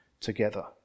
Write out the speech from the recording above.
together